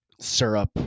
syrup